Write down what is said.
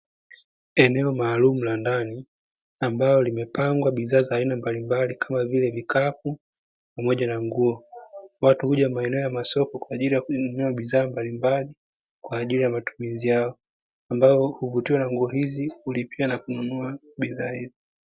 Eneo maalumu la ndani ambalo limepangwa bidhaa mbalimbali, kama vile vkapu pamoja na nguo, ambapo watu huja eneo la masoko kwaajili ya kununua bidhaa mbalimbali watu huvutiwa nakununua nguo hizi.